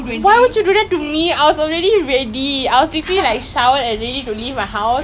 you call you message me at like two P_M right that's when I woke up